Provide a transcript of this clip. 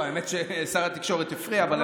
האמת ששר התקשורת הפריע.